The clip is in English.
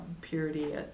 purity